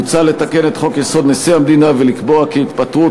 מוצע לתקן את חוק-יסוד: נשיא המדינה ולקבוע כי התפטרות